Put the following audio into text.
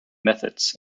methods